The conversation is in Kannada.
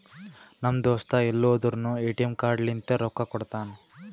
ನಮ್ ದೋಸ್ತ ಎಲ್ ಹೋದುರ್ನು ಎ.ಟಿ.ಎಮ್ ಕಾರ್ಡ್ ಲಿಂತೆ ರೊಕ್ಕಾ ಕೊಡ್ತಾನ್